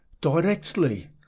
directly